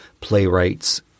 playwrights